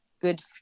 good